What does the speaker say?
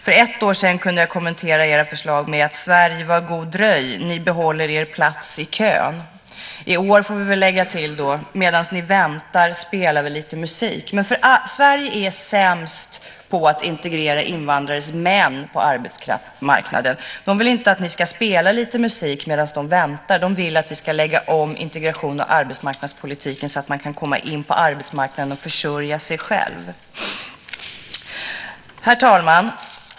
För ett år sedan kunde jag kommentera era förslag med: Sverige, var god dröj! Ni behåller er plats i kön. I år får vi väl lägga till: Medan ni väntar spelar vi lite musik. Sverige är sämst på att integrera invandrade män på arbetsmarknaden. De vill inte att ni ska spela lite musik medan de väntar. De vill att vi ska lägga om integrations och arbetsmarknadspolitiken så att de kan komma in på arbetsmarknaden och försörja sig själva. Herr talman!